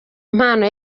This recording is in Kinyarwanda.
impano